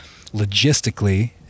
logistically